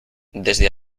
desde